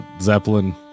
Zeppelin